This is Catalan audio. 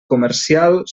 comercial